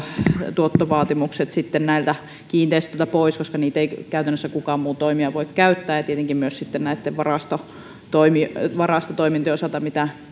tuottovaatimukset näiltä kiinteistöiltä pois koska niitä ei käytännössä kukaan muu toimija voi käyttää tietenkin myös näitten varastotoimintojen varastotoimintojen osalta mitä